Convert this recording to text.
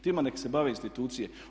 Tima nek se bave institucije.